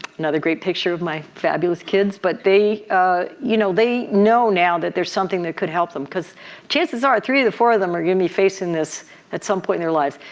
another great picture of my fabulous kids but they ah you know they know now that there's something that could help them because chances are three of the four of them are going to be facing this at some point in their lives.